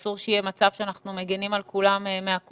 אסור שיהיה מצב שאנחנו מגינים על כולם מהקורונה,